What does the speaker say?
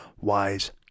wise